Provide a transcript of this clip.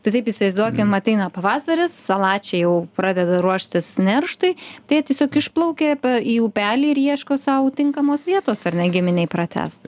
tai taip įsivaizduokim ateina pavasaris salačiai jau pradeda ruoštis nerštui tai jie tiesiog išplaukia į upelį ir ieško sau tinkamos vietos ar ne giminei pratęst